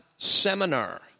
Seminar